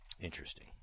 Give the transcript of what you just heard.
Interesting